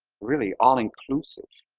really all inclusive